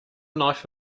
knife